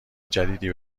جدیدی